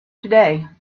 today